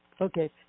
Okay